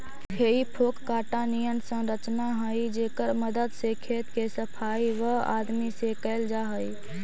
हेइ फोक काँटा निअन संरचना हई जेकर मदद से खेत के सफाई वआदमी से कैल जा हई